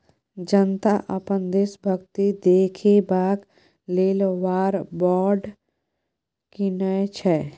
जनता अपन देशभक्ति देखेबाक लेल वॉर बॉड कीनय छै